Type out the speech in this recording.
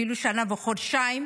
אפילו שנה וחודשיים,